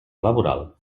laboral